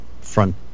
front